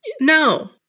No